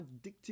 addictive